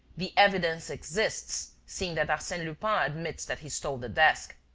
the evidence exists, seeing that arsene lupin admits that he stole the desk.